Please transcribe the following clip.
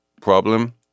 problem